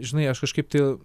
žinai aš kažkaip tai